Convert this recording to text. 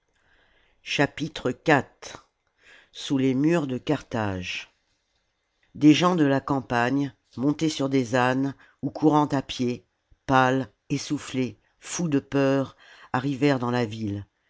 iv sous les murs de carthage des gens de la campagne montés sur des ânes ou courant à pied pâles essoufflés fous de peur arrivèrent dans la ville